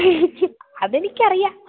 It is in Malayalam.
അത് എനിക് അറിയാം